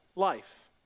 life